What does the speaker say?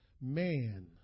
man